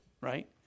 right